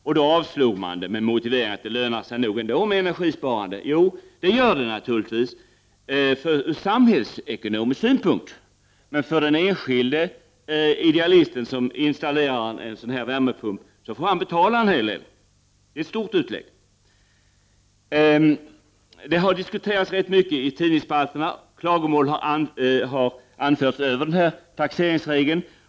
Vårt förslag avslogs med motiveringen att det nog ändå lönar sig med energisparande. Ja, det gör det naturligtvis från samhällsekonomisk synpunkt. Men den enskilde idealist som installerar en värmepump får betala en hel del — det är ett stort utlägg. Sedan dess har frågan diskuterats rätt mycket i tidningsspalterna; klagomål har anförts över den taxeringsregeln.